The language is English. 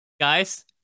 guys